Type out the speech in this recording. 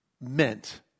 meant